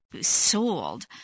sold